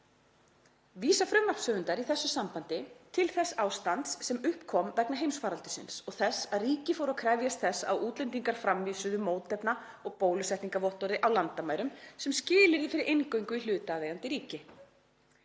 „Vísa frumvarpshöfundar í þessu sambandi til þess ástands sem upp kom vegna heimsfaraldursins og þess að ríki fóru að krefjast þess að útlendingar framvísuðu mótefna- eða bólusetningarvottorði á landamærum sem skilyrði fyrir inngöngu í hlutaðeigandi ríki.